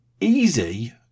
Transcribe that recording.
easy